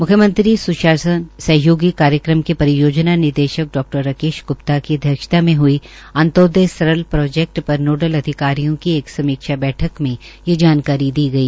म्ख्यमंत्री स्शासन सहयोगी कार्यक्रम के परियोजना निदेशक डॉ राकेश ग्प्ता की अध्यक्षता में हई अंत्योदय सरल प्रोजेक्ट पर नोडल अधिकारियों की एक समीक्षा बैठक में यह जानकारी दी गई